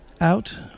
out